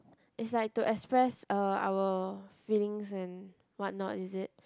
is like to express uh our feelings in what note is it